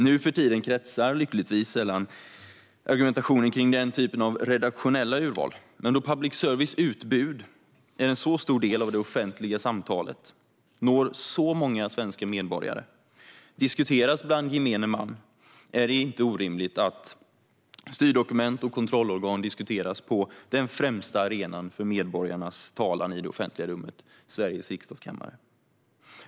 Nu för tiden kretsar debatten sällan kring den typen av redaktionella urval, men då public services utbud är en så stor del av det offentliga samtalet, når så många svenska medborgare och diskuteras bland gemene man är det inte orimligt att styrdokument och kontrollorgan diskuteras på den främsta arenan för medborgarnas talan i det offentliga rummet, nämligen Sveriges riksdags kammare.